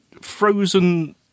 frozen